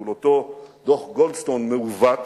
מול אותו דוח-גולדסטון מעוות,